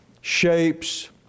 shapes